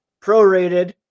prorated